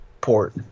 port